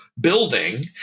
building